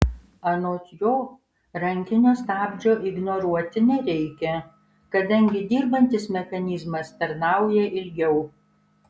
anot jo rankinio stabdžio ignoruoti nereikia kadangi dirbantis mechanizmas tarnauja ilgiau